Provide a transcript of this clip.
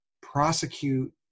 prosecute